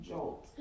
Jolt